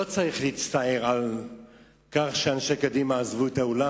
לא צריך להצטער על כך שאנשי קדימה עזבו את האולם.